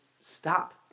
stop